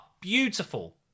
beautiful